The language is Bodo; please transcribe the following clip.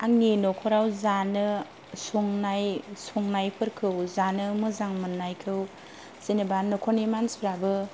आंनि न'खराव जानो संनाय संनायफोरखौ जानो मोजां मोननायखौ जेनेबा न'खरनि मानसिफोराबो